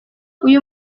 uyu